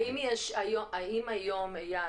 אייל,